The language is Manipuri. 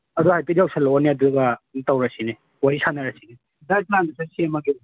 ꯑꯗꯨ ꯍꯥꯏꯐꯦꯠ ꯌꯧꯁꯤꯜꯂꯛꯑꯣꯅꯦ ꯑꯗꯨꯒ ꯑꯗꯨꯝ ꯇꯧꯔꯁꯤꯅꯦ ꯋꯥꯔꯤ ꯁꯥꯟꯅꯔꯁꯤꯅꯦ ꯗꯥꯏꯠ ꯄ꯭ꯂꯥꯟꯗꯨꯇ ꯁꯦꯝꯃꯒꯦ